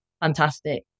fantastic